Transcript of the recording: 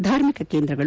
ಧಾರ್ಮಿಕ ಕೇಂದ್ರಗಳು